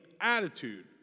attitude